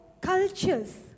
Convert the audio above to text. cultures